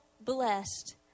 blessed